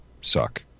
suck